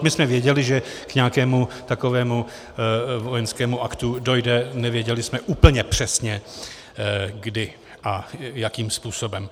My jsme věděli, že k nějakému takovému vojenskému aktu dojde, nevěděli jsme úplně přesně kdy a jakým způsobem.